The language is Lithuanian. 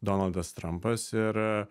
donaldas trampas ir